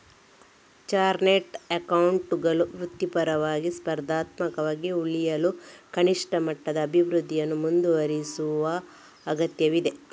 chartered ಅಕೌಂಟೆಂಟುಗಳು ವೃತ್ತಿಪರವಾಗಿ, ಸ್ಪರ್ಧಾತ್ಮಕವಾಗಿ ಉಳಿಯಲು ಕನಿಷ್ಠ ಮಟ್ಟದ ಅಭಿವೃದ್ಧಿಯನ್ನು ಮುಂದುವರೆಸುವ ಅಗತ್ಯವಿದೆ